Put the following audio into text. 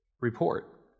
report